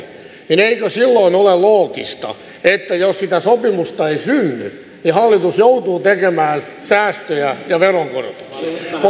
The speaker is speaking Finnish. niin eikö silloin ole loogista että jos sitä sopimusta ei synny hallitus joutuu tekemään säästöjä ja veronkorotuksia